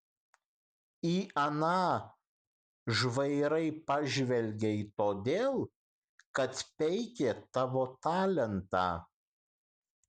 į aną žvairai pažvelgei todėl kad peikė tavo talentą